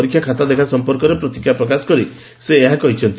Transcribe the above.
ପରୀକ୍ଷା ଖାତା ଦେଖା ସମ୍ପର୍କରେ ପ୍ରତିକ୍ରିୟା ପ୍ରକାଶ କରି ସେ ଏହା କହିଛନ୍ତି